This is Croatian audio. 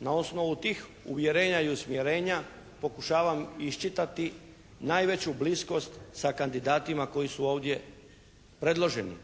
na osnovu tih uvjerenja i usmjerenja pokušavam iščitati najveću bliskost sa kandidatima koji su ovdje predloženi.